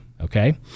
Okay